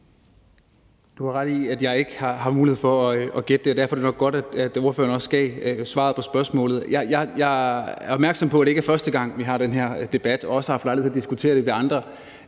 Du har ret i, at jeg ikke har mulighed for at gætte det, og derfor er det nok godt, at ordføreren også selv gav svaret på spørgsmålet. Jeg er opmærksom på, at det ikke er første gang, vi har den her debat, og vi har også haft lejlighed til at diskutere det ved andre